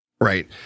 Right